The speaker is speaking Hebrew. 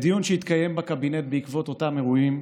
בדיון שהתקיים בקבינט בעקבות אותם אירועים,